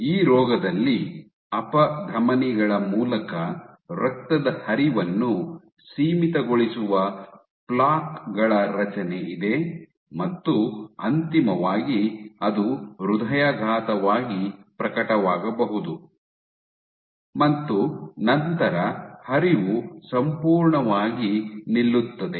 ಈ ರೋಗದಲ್ಲಿ ಅಪಧಮನಿಗಳ ಮೂಲಕ ರಕ್ತದ ಹರಿವನ್ನು ಸೀಮಿತಗೊಳಿಸುವ ಪ್ಲೇಕ್ ಗಳ ರಚನೆಯಿದೆ ಮತ್ತು ಅಂತಿಮವಾಗಿ ಅದು ಹೃದಯಾಘಾತವಾಗಿ ಪ್ರಕಟವಾಗಬಹುದು ಮತ್ತು ನಂತರ ಹರಿವು ಸಂಪೂರ್ಣವಾಗಿ ನಿಲ್ಲುತ್ತದೆ